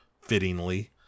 Fittingly